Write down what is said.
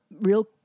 real